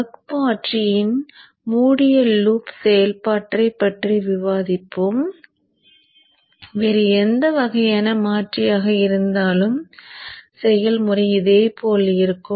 buck மாற்றியின் மூடிய loop செயல்பாட்டைப் பற்றி விவாதிப்போம் வேறு எந்த வகையான மாற்றியாக இருந்தாலும் செயல்முறை இதேபோல் இருக்கும்